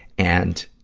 and,